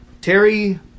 Terry